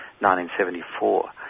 1974